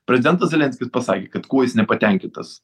prezidentas zelenskis pasakė kad kuo jis nepatenkintas